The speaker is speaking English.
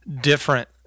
different